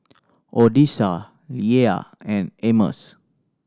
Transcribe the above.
Odessa Leia and Amos